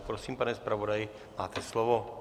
Prosím, pane zpravodaji, máte slovo.